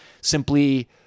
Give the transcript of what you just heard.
simply